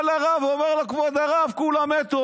בא לרב, אומר לו: כבוד הרב, כולן מתו.